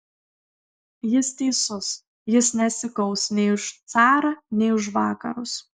jis teisus jis nesikaus nei už carą nei už vakarus